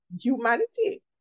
humanity